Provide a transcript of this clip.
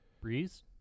Breeze